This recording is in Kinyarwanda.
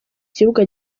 kibuga